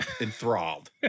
enthralled